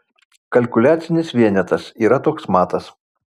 kalkuliacinis vienetas yra toks matas